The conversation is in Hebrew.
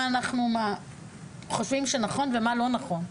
מה אנחנו חושבים שנכון ומה לא נכון.